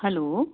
hello